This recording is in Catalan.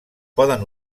poden